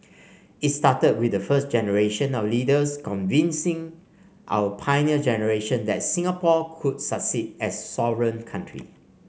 it started with the first generation of leaders convincing our Pioneer Generation that Singapore could succeed as a sovereign country